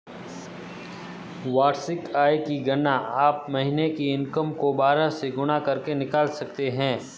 वार्षिक आय की गणना आप महीने की इनकम को बारह से गुणा करके निकाल सकते है